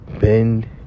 bend